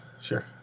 sure